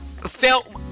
felt